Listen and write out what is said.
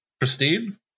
Christine